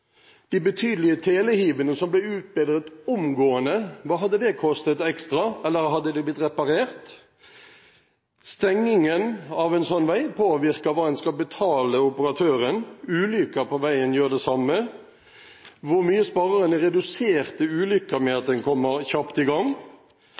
De betydelige telehivene som ble utbedret omgående – hva hadde det kostet ekstra, eller hadde det blitt reparert? Stengingen av en sånn vei påvirker hva man skal betale operatøren. Ulykker på veien gjør det samme. Hvor mye sparer man i reduserte ulykker ved at